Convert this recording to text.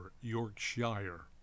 Yorkshire